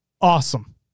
awesome